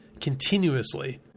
continuously